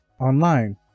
online